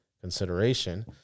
consideration